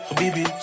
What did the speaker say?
baby